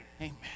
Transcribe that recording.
Amen